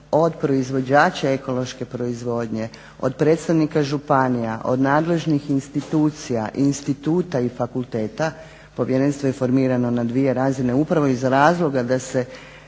od proizvođača ekološke proizvodnje, od predstavnika županija, od nadležnih institucija, instituta i fakulteta, povjerenstvo je formirano na dvije razine upravo iz razloga da se